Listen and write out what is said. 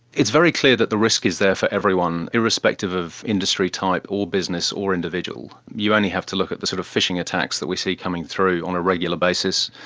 it's very clear that the risk is there for everyone, irrespective of industry type or business or individual. you only have to look at the sort of phishing attacks that we see coming through on a regular basis.